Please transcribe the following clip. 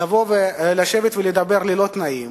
לבוא ולשבת ולדבר ללא תנאים